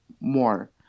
more